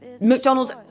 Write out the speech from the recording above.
McDonald's